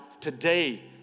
Today